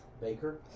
Baker